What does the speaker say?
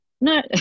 No